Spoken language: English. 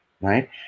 Right